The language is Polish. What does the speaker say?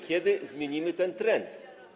Kiedy zmienimy ten trend?